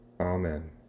Amen